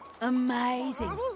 Amazing